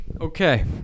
Okay